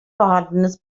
vorhandenes